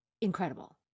incredible